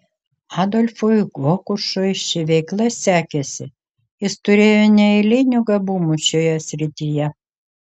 adolfui hokušui ši veikla sekėsi jis turėjo neeilinių gabumų šioje srityje